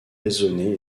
raisonnée